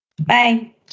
Bye